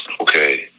okay